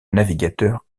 navigateur